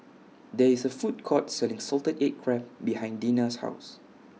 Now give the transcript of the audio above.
There IS A Food Court Selling Salted Egg Crab behind Dena's House